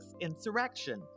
insurrection